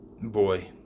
boy